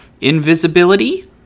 Invisibility